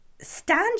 stand